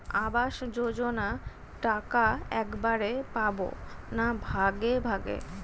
আবাস যোজনা টাকা একবারে পাব না ভাগে ভাগে?